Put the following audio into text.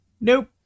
Nope